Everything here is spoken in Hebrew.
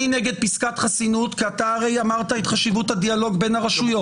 אני נגד פסקת חסינות כי אתה הרי אמרת את חשיבות הדיאלוג בין הרשויות.